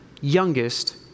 youngest